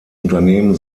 unternehmen